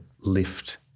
lift